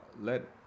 let